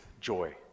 joy